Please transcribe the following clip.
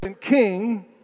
king